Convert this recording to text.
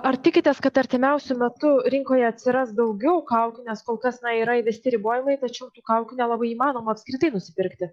ar tikitės kad artimiausiu metu rinkoje atsiras daugiau kaukių nes kol kas na yra įvesti ribojimai tačiau tų kaukių nelabai įmanoma apskritai nusipirkti